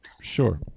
Sure